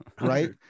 right